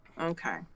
Okay